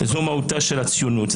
זו מהותה של הציונות.